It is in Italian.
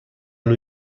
new